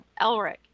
Elric